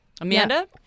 Amanda